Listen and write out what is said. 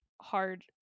hard